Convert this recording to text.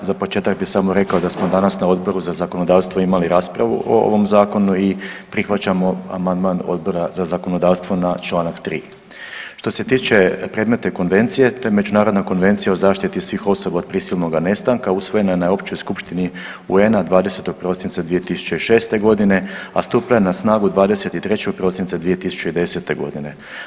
Za početak bi samo rekao da smo danas na Odboru za zakonodavstvo imali raspravu o ovom Zakonu i prihvaćamo amandman Odbora za zakonodavstva na članak 3. Što se tiče predmetne konvencije ta Međunarodna konvencija o zaštiti svih osoba od prisilnoga nestanka usvojena je na Općoj skupštini UN-a 20. prosinca 2006. godine a stupila je na snagu 23. prosinca 2010. godine.